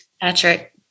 Patrick